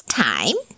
time